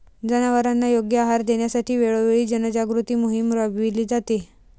जनावरांना योग्य आहार देण्यासाठी वेळोवेळी जनजागृती मोहीम राबविली जाते